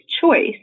choice